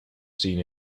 seen